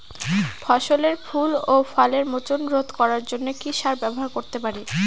ফসলের ফুল ও ফলের মোচন রোধ করার জন্য কি সার ব্যবহার করতে পারি?